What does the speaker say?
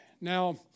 Now